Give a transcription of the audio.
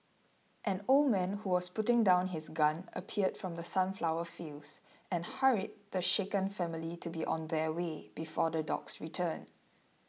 an old man who was putting down his gun appeared from the sunflower fields and hurried the shaken family to be on their way before the dogs return